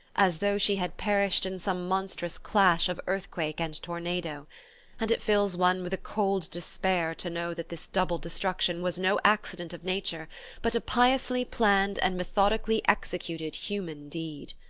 as though she had perished in some monstrous clash of earthquake and tornado and it fills one with a cold despair to know that this double destruction was no accident of nature but a piously planned and methodically executed human deed.